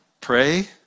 Pray